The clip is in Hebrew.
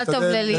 מזל טוב לליאל.